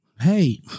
Hey